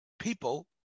people